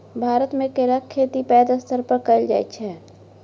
भारतमे केराक खेती पैघ स्तर पर कएल जाइत छै